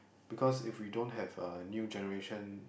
because if we don't have a new generation